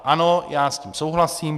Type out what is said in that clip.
Ano, já s tím souhlasím.